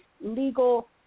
legal